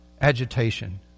agitation